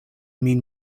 min